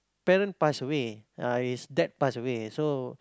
parent pass away uh his dad pass away so